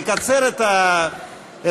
לקצר את סדר-היום,